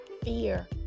fear